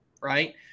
right